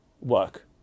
work